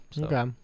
Okay